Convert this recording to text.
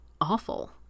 awful